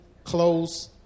close